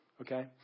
Okay